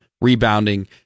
rebounding